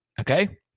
okay